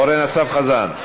אורן אסף חזן.